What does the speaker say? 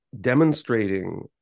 demonstrating